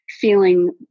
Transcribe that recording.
feeling